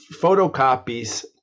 photocopies